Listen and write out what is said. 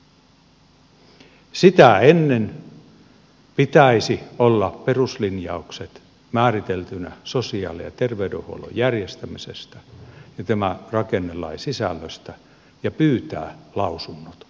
sitä ennen pitäisi olla peruslinjaukset määriteltynä sosiaali ja terveydenhuollon järjestämisestä ja tämän rakennelain sisällöstä ja pyytää lausunnot kunnilta